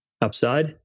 upside